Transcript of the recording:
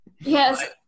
Yes